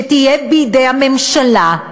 שתהיה בידי הממשלה,